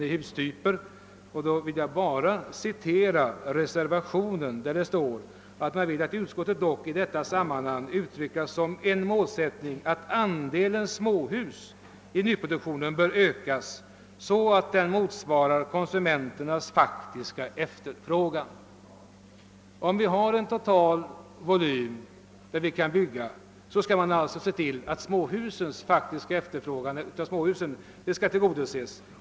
Där står: »I anledning av motionerna 1I:324 och II:428 samt 1: 327 och II: 695 vill utskottet dock i detta sammanhang uttrycka som en målsättning att andelen småhus i nyproduktionen bör ökas så att den motsvarar konsumenternas faktiska efterfrågan.» Då vi nu: har en totalvolym för byggandet bör vi alltså se till att efterfrå gan på småhus tillgodoses.